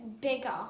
bigger